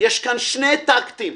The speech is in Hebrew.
שיש כאן שני טקטים.